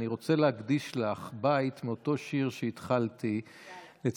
אני רוצה להקדיש לך בית מאותו שיר שהתחלתי לצטט,